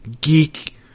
geek